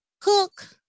cook